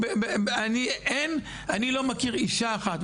אני לא מכיר אישה אחת,